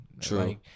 True